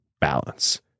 balance